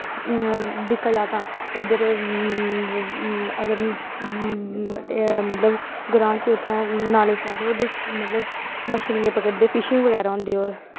दिक्खेआ जाऽ तां उद्धर एह् मतलब ग्रांऽ च उत्थै मतलब मछियां पकड़दे फिछिंग बगैरा होंदी